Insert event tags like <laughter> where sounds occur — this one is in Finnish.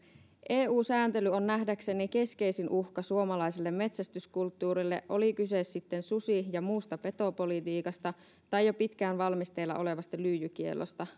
eu sääntely on nähdäkseni keskeisin uhka suomalaiselle metsästyskulttuurille oli kyse sitten susi ja muusta petopolitiikasta tai jo pitkään valmisteilla olleesta lyijykiellosta <unintelligible>